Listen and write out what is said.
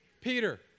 Peter